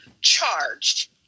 charged